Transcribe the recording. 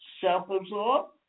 self-absorbed